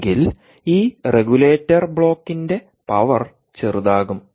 എങ്കിൽ ഈ റെഗുലേറ്റർ ബ്ലോക്കിന്റെ പവർ ചെറുതാകും